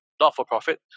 not-for-profit